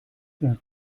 der